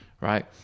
Right